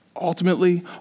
ultimately